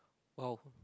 oh